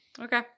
Okay